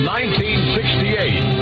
1968